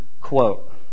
quote